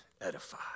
edify